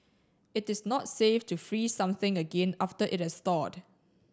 it is not safe to freeze something again after it has thawed